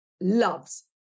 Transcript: loves